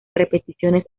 repeticiones